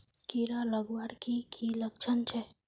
कीड़ा लगवार की की लक्षण छे?